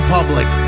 Public